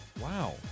Wow